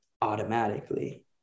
automatically